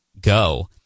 go